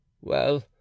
Well